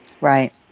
Right